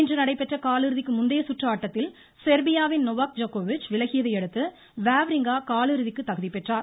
இன்று நடைபெற்ற காலிறுதிக்கு முந்தைய சுற்று ஆட்டத்தில் செர்பியாவின் நோவாக் ஜோக்கோவிச் விலகியதையடுத்து வாவ்ரிங்கா காலிறுதிக்கு தகுதி பெற்றார்